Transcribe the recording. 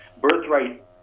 birthright